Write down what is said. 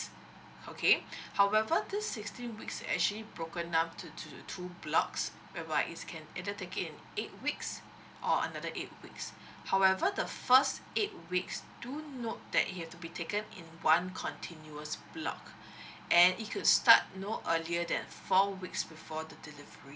okay however this sixteen weeks is actually broken up to into two blocks whereby it can either take it in eight weeks or another eight weeks however the first eight weeks do note that it has to be taken in one continuous block and it could start no earlier than four weeks before the delivery